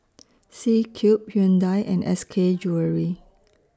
C Cube Hyundai and S K Jewellery